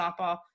softball